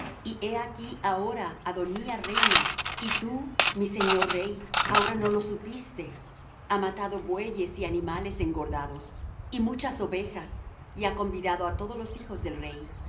y he aquí ahora adonía reina y tú mi señor rey ahora no lo supiste ha matado bueyes y animales engordados y muchas ovejas y ha convidado á todos los hijos del rey